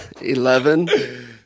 Eleven